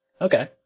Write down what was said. Okay